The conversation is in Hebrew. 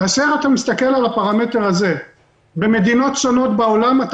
כאשר אתה מסתכל על הפרמטר הזה במדינות שונות בעולם אתה